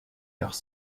leurs